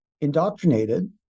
indoctrinated